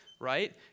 right